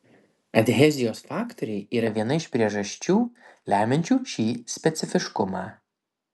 adhezijos faktoriai yra viena iš priežasčių lemiančių šį specifiškumą